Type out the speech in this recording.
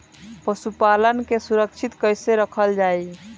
पशुपालन के सुरक्षित कैसे रखल जाई?